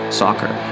soccer